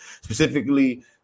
Specifically